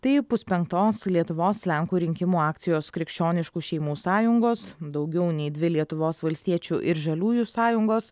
tai puspenktos lietuvos lenkų rinkimų akcijos krikščioniškų šeimų sąjungos daugiau nei dvi lietuvos valstiečių ir žaliųjų sąjungos